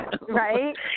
Right